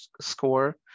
score